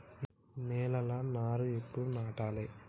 నేలలా నారు ఎప్పుడు నాటాలె?